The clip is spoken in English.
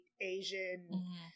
Asian